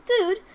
food